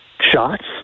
shots